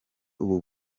ubu